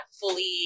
fully